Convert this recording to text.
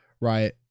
Right